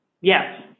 Yes